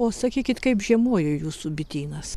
o sakykit kaip žiemojo jūsų bitynas